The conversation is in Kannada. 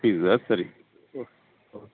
ಫೀಝಾ ಸರಿ ಓ ಓ